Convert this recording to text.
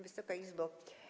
Wysoka Izbo!